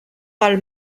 pel